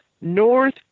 North